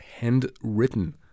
handwritten